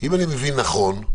אם אני מבין נכון,